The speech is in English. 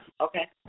Okay